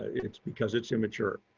it's because it's immature.